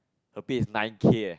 her pay is nine K eh